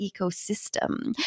ecosystem